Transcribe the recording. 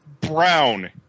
brown